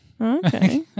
Okay